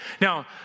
Now